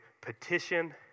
petition